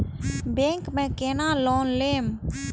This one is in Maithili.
बैंक में केना लोन लेम?